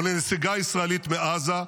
או לנסיגה ישראלית מעזה,